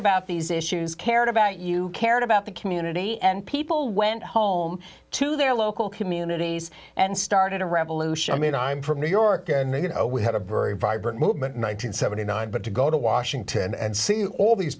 about these issues cared about you cared about the community and people went home to their local communities and started a revolution i mean i'm from new york and you know we had a very vibrant movement nine hundred and seventy nine but to go to washington and see all these